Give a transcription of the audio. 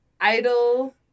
idle